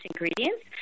ingredients